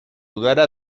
udara